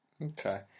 Okay